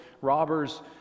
robbers